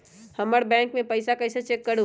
हमर बैंक में पईसा कईसे चेक करु?